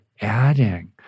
adding